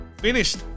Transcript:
finished